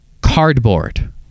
Cardboard